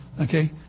okay